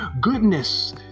goodness